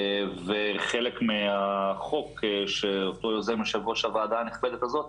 וחלק מהחוק שאותו יוזם יושב-ראש הוועדה הנכבדת הזאת